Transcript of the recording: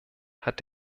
hat